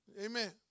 amen